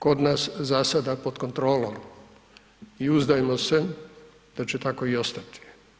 Kod nas za sada pod kontrolom i uzdajmo se da će tako i ostati.